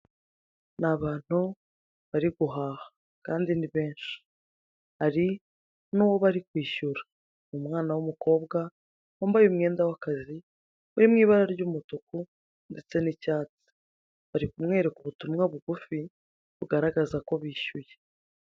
Ni abantu bari guhaha kandi benshi. Hari n'uwo bari kwishyura ni umwana w'umukobwa wambaye umwenda w'akazi uri mu ibara ry'umutuku ndetse n'icyatsi. Bari kumwereka ubutumwa bugufi bwerekana ko bishyuye.